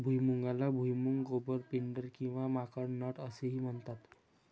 भुईमुगाला भुईमूग, गोबर, पिंडर किंवा माकड नट असेही म्हणतात